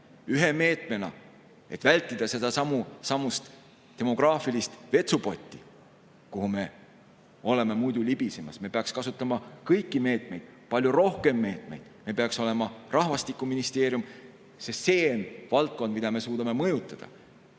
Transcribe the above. üks meede, et vältida sedasamust demograafilist vetsupotti, kuhu me oleme muidu libisemas. Me peaksime kasutama kõiki meetmeid, palju rohkemaid meetmeid, meil peaks olema rahvastikuministeerium, sest see on valdkond, mida me suudame mõjutada.